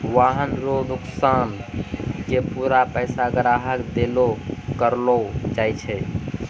वाहन रो नोकसान के पूरा पैसा ग्राहक के देलो करलो जाय छै